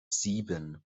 sieben